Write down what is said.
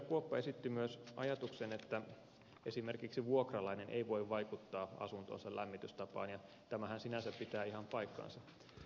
kuoppa esitti myös ajatuksen että esimerkiksi vuokralainen ei voi vaikuttaa asuntonsa lämmitystapaan ja tämähän sinänsä pitää ihan paikkansa